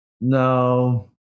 no